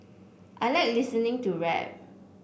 I like listening to rap